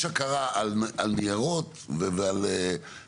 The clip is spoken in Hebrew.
יש להכיר דרך ניירת ותוכנות,